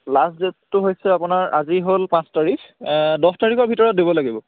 last ডে'টটো হৈছে আপোনাৰ আজি হ'ল পাঁচ তাৰিখ দহ তাৰিখৰ ভিতৰত দিব লাগিব